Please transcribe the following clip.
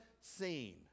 seen